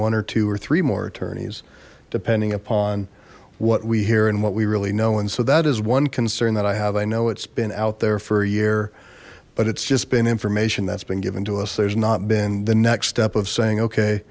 one or two or three more attorneys depending upon what we hear and what we really know and so that is one concern that i have i know it's been out there for a year but it's just been information that's been given to us there's not been the next step of saying okay